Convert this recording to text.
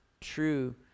true